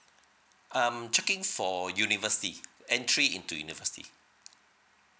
I'm checking for university entry into university